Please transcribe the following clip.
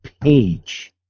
page